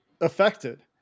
affected